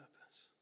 purpose